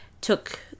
took